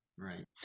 right